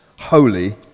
holy